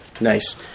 Nice